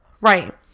Right